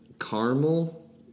caramel